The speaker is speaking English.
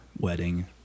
wedding